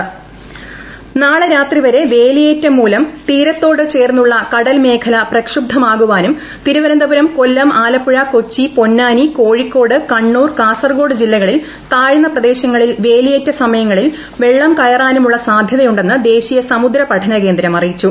കൃഷകൃഷക വേലിയേറ്റം നാളെ രാത്രി വരെ വേലിയേറ്റം മൂലം തീരത്തോട് ചേർന്നുള്ള കടൽ മേഖല പ്രക്ഷുബ്പമാകുവാനും തിരുവനന്തപുരം കൊല്ലം ആലപ്പുഴ കൊച്ചി പൊന്നാനി കോഴിക്കോട് കണ്ണൂർ കാസർഗോഡ് ജില്ലകളിൽ താഴ്ന്ന പ്രദേശങ്ങളിൽ വേലിയേറ്റ സമയങ്ങളിൽ വെള്ളം കയറാനുമുള്ള സാധൃതയുണ്ടെന്ന് ദേശീയ സമുദ്ര പഠന കേന്ദ്രം അറിയിച്ചു